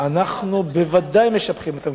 אנחנו בוודאי משבחים אותם,